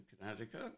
Connecticut